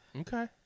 Okay